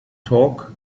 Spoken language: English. talk